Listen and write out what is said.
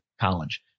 college